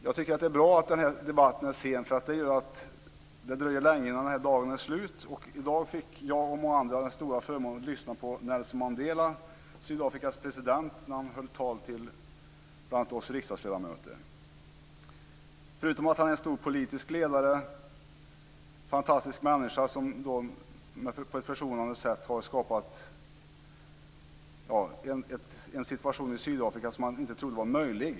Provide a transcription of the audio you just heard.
Jag tycker att det är bra att den här debatten är sen. Det gör att det dröjer länge innan den här dagen är slut. I dag hade jag och många andra den stora förmånen att lyssna på Nelson Mandela, Sydafrikas president, när han höll tal till bl.a. oss riksdagsledamöter. Förutom att han är en stor politisk ledare är han en fantastisk människa som på ett försonande sätt har skapat en situation i Sydafrika som man inte trodde var möjlig.